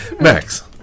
Max